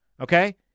Okay